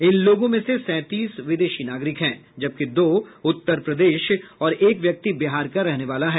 इन लोगों में से सैंतीस विदेशी नागरिक हैं जबकि दो उत्तर प्रदेश और एक व्यक्ति बिहार का रहने वाला है